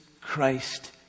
Christ